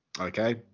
Okay